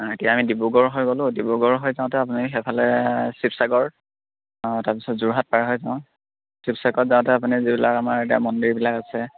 এতিয়া আম ডিব্ৰুগড় হৈ গলোঁ ডিব্ৰুগড় হৈ যাওঁতে আপুনি সেইফালে শিৱসাগৰ তাৰপিছত যোৰহাট পাৰ হৈ যাওঁ শিৱসাগৰত যাওঁতে আপুনি যিবিলাক আমাৰ এতিয়া মন্দিৰবিলাক আছে